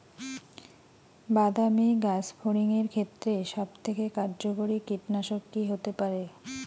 বাদামী গাছফড়িঙের ক্ষেত্রে সবথেকে কার্যকরী কীটনাশক কি হতে পারে?